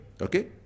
okay